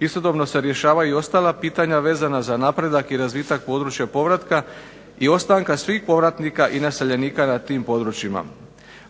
Istodobno se rješavaju i ostala pitanja vezana za napredak i razvitak područja povratka, i ostanka svih povratnika i naseljenika na tim područjima.